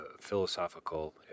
philosophical